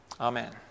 Amen